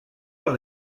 par